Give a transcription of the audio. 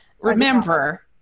remember